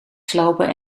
slopen